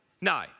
No